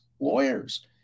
lawyers